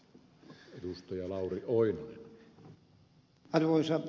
arvoisa puhemies